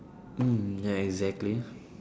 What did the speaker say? mm ya exactly